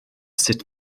sut